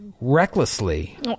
recklessly